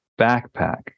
backpack